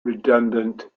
redundant